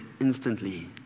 instantly